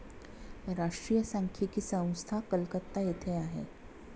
राष्ट्रीय सांख्यिकी संस्था कलकत्ता येथे आहे